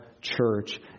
church